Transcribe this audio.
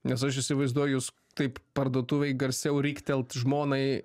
nes aš įsivaizduoju jūs taip parduotuvėj garsiau riktelt žmonai